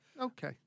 okay